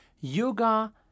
yoga